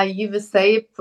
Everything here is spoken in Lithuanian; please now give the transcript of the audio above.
jį visaip